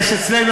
יש אצלנו,